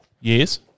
Yes